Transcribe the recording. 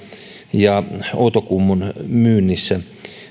ja outokummun myynnissä